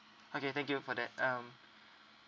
okay thank you for that um